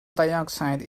dioxide